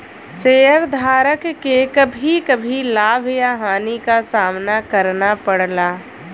शेयरधारक के कभी कभी लाभ या हानि क सामना करना पड़ला